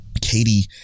Katie